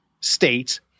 states